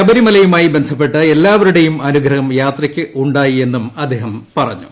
ശബരിമലയുമായി ബന്ധപ്പെട്ട എല്ലാവരുടെയും അനുഗ്രഹം യാത്രക്കുണ്ടായി എന്നും അദ്ദേഹം പ്റ്റഞ്ഞു